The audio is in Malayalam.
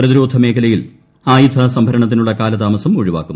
പ്രതിരോധ മേഖലയിൽ ആയുധ സംഭരണത്തിനുള്ള കാലതാമസം ഒഴിവാക്കും